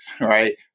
right